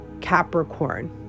capricorn